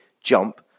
jump